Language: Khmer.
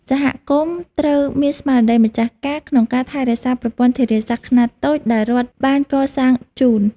សហគមន៍ត្រូវមានស្មារតីម្ចាស់ការក្នុងការថែរក្សាប្រព័ន្ធធារាសាស្ត្រខ្នាតតូចដែលរដ្ឋបានកសាងជូន។